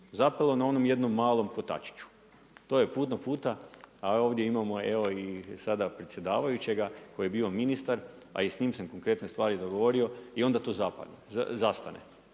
Zapelo je na onom jednom malom kotačiću. To je puno puta, a ovdje imamo evo i sada predsjedavajućega koji je bio ministar, a i s njim sam konkretne stvari dogovorio i onda to zastane